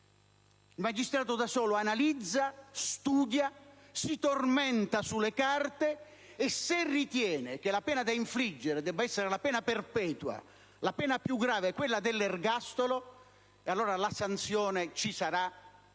di accusa e difensivi, analizza, studia, si tormenta sulle carte e, se ritiene che la pena da infliggere debba essere la pena perpetua, la pena più grave, quella dell'ergastolo, allora la sanzione ci sarà, e sarà